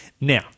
Now